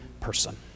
person